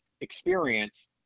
experience